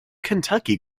kentucky